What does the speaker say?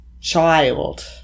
child